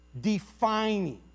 defining